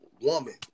woman